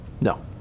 No